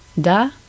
Da